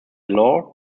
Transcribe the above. law